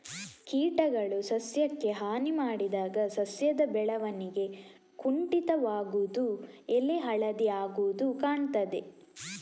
ಕೀಟಗಳು ಸಸ್ಯಕ್ಕೆ ಹಾನಿ ಮಾಡಿದಾಗ ಸಸ್ಯದ ಬೆಳವಣಿಗೆ ಕುಂಠಿತವಾಗುದು, ಎಲೆ ಹಳದಿ ಆಗುದು ಕಾಣ್ತದೆ